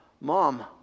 mom